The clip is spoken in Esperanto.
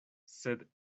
sed